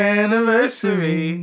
anniversary